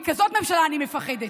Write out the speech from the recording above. מכזאת ממשלה אני מפחדת.